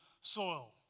soil